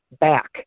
back